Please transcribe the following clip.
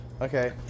Okay